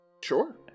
Sure